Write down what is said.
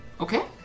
Okay